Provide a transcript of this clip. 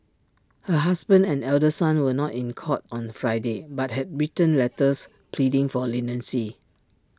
her husband and elder son were not in court on Friday but had written letters pleading for leniency